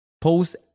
post